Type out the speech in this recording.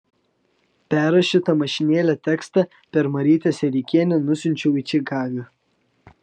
perrašytą mašinėle tekstą per marytę sereikienę nusiunčiau į čikagą